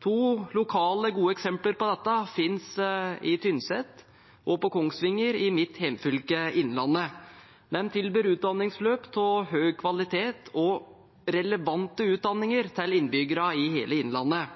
To gode lokale eksempler på dette finnes på Tynset og i Kongsvinger i mitt hjemfylke, Innlandet. De tilbyr utdanningsløp av høy kvalitet og relevante utdanninger til innbyggerne i hele Innlandet.